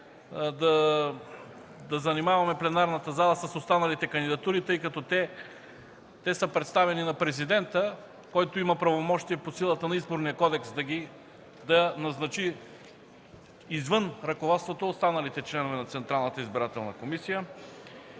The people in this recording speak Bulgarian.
да занимаваме пленарната зала с останалите кандидатури, тъй като те са представени на президента, който има правомощия по силата на Изборния кодекс, да назначи извън ръководството останалите членове на